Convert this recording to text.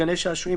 גני שעשועים,